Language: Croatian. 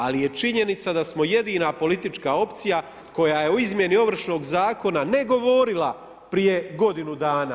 Ali je činjenica da smo jedina politička opcija koja je u izmjeni Ovršnog zakona ne govorila prije godinu dana.